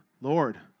Lord